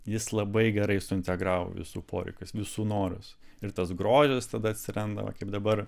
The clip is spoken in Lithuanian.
jis labai gerai suintegravo visų poreikius visų norus ir tas grožis tada atsiranda va kaip dabar